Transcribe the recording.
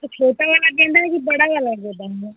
तो छोटा वाला गेंदा है कि बड़ा वाला गेंदा है